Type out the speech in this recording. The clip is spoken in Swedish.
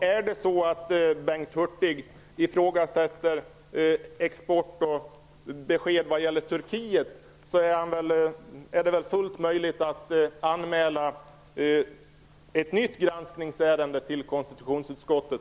Om Bengt Hurtig ifrågasätter export och besked vad gäller Turkiet, är det väl fullt möjligt för honom att anmäla ett nytt granskningsärende till konstitutionsutskottet.